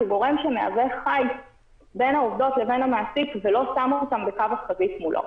כגורם שמהווה חיץ בין העובדות לבין המעסיק ולא שם אותן בקו החזית מולו.